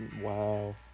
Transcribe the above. Wow